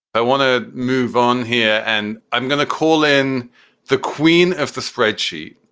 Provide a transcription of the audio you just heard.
i want to move on here and i'm going to call in the queen of the spreadsheet,